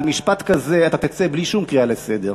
דבר יפה, אתה תדבר יפה, אתה בכנסת, תרשה לי.